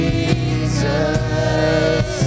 Jesus